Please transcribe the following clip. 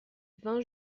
vingt